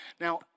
Now